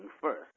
first